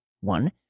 one